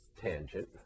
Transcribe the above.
tangent